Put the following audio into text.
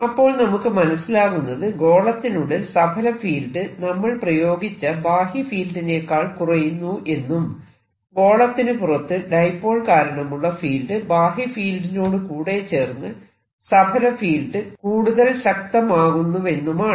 അപ്പോൾ നമുക്ക് മനസിലാകുന്നത് ഗോളത്തിനുള്ളിൽ സഫല ഫീൽഡ് നമ്മൾ പ്രയോഗിച്ച ബാഹ്യ ഫീൽഡിനെക്കാൾ കുറയുന്നു എന്നും ഗോളത്തിനു പുറത്ത് ഡൈപോൾ കാരണമുള്ള ഫീൽഡ് ബാഹ്യ ഫീൽഡിനോട് കൂടെ ചേർന്ന് സഫല ഫീൽഡ് കൂടുതൽ ശക്തമാകുന്നുവെന്നുമാണ്